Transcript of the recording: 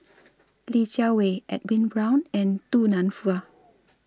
Li Jiawei Edwin Brown and Du Nanfa